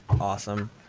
awesome